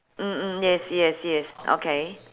mm mm yes yes yes okay